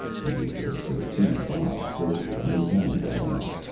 pietro's goatee bobbed quickly, and his hand went out.